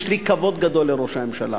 יש לי כבוד גדול לראש הממשלה.